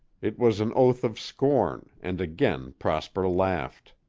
it was an oath of scorn, and again prosper laughed.